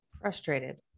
Frustrated